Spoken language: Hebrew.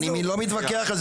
אני לא מתווכח על זה.